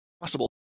possible